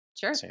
sure